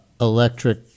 electric